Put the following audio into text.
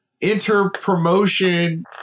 inter-promotion